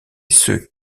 ceux